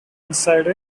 inside